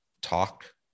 talk